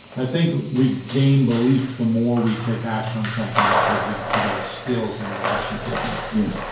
i think we gain belief the more we take action on something, because we develop skills in that action taking. yeah.